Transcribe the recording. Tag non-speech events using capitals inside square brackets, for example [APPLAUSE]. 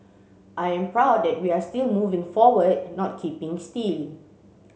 I am proud that we are still moving forward not keeping [UNINTELLIGIBLE]